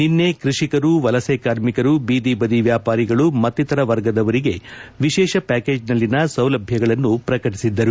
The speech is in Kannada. ನಿನ್ನೆ ಕ್ಕಷಿಕರು ವಲಸೆ ಕಾರ್ಮಿಕರು ಬೀದಿಬದಿ ವ್ಯಾಪಾರಿಗಳು ಮತ್ತಿತರ ವರ್ಗದವರಿಗೆ ವಿಶೇಷ ಪ್ಲಾಕೇಜ್ನಲ್ಲಿನ ಸೌಲಭ್ಯಗಳನ್ನು ಪ್ರಕಟಿಸಿದ್ದರು